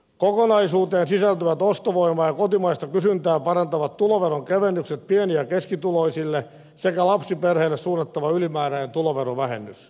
kokonaisuuteen sisältyvät ostovoimaa ja kotimaista kysyntää parantavat tuloveron kevennykset pieni ja keskituloisille sekä lapsiperheille suunnattava ylimääräinen tuloverovähennys